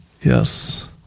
Yes